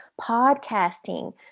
podcasting